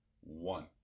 one